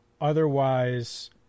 Otherwise